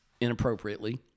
inappropriately